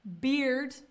beard